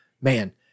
man